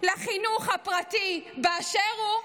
לחינוך הפרטי באשר הוא,